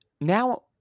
Now